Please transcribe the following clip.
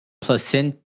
Placenta